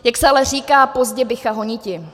Jak se ale říká, pozdě bycha honiti.